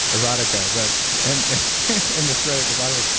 erotica. but and and the thread at the bottom goes,